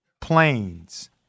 planes